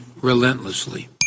relentlessly